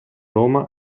roma